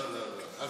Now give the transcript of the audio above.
לא, לא, לא.